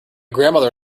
grandmother